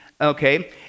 Okay